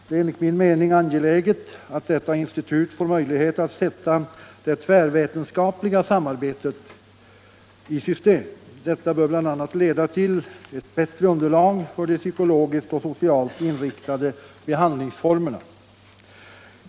Det är enligt min mening angeläget att detta institut får möjlighet att sätta det tvärvetenskapliga samarbetet i system. Detta bör bl.a. leda till ett bättre underlag för de psykologiskt och socialt inriktade behandlingsformerna.